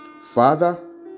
Father